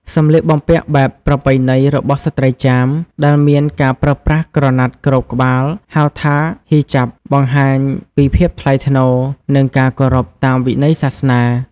សម្លៀកបំពាក់បែបប្រពៃណីរបស់ស្ត្រីចាម ដែលមានការប្រើប្រាស់ក្រណាត់គ្របក្បាល ហៅថា Hijab បង្ហាញពីភាពថ្លៃថ្នូរ និងការគោរពតាមវិន័យសាសនា។